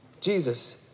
jesus